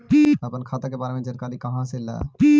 अपन खाता के बारे मे जानकारी कहा से ल?